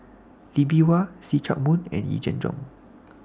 Lee Bee Wah See Chak Mun and Yee Jenn Jong